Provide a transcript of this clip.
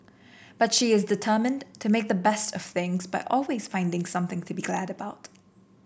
but she is determined to make the best of things by always finding something to be glad about